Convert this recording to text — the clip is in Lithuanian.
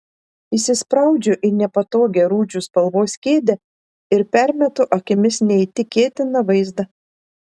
įsispraudžiu į nepatogią rūdžių spalvos kėdę ir permetu akimis neįtikėtiną vaizdą